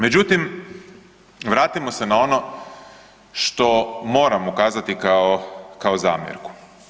Međutim, vratimo se na ono što moram ukazati kao, kao zamjerku.